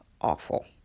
awful